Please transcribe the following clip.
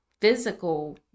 physical